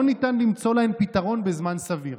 לא ניתן למצוא להן פתרון בזמן סביר.